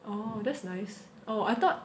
oh that's nice oh I thought